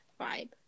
vibe